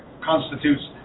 constitutes